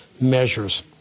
measures